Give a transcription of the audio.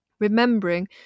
Remembering